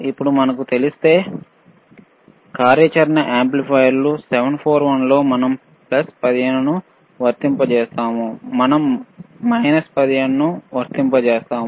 ఇప్పుడు మనకు తెలిస్తే ఆపరేషనల్ యాంప్లిఫైయర్లు 741 లో మనం ప్లస్ 15 ను వర్తింపజేస్తాము మనం మైనస్ 15 ను వర్తింపజేస్తాము